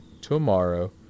tomorrow